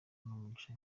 n’umugisha